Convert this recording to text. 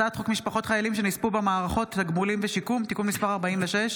הצעת חוק משפחות חיילים שנספו במערכות (תגמולים ושיקום) (תיקון מס' 46),